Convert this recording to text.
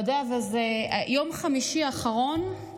ביום חמישי האחרון,